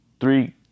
Three